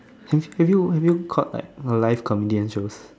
have you have you caught like live comedian shows